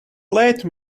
late